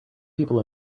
people